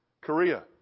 Korea